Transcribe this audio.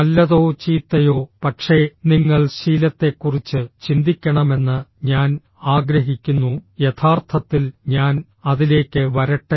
നല്ലതോ ചീത്തയോ പക്ഷേ നിങ്ങൾ ശീലത്തെക്കുറിച്ച് ചിന്തിക്കണമെന്ന് ഞാൻ ആഗ്രഹിക്കുന്നു യഥാർത്ഥത്തിൽ ഞാൻ അതിലേക്ക് വരട്ടെ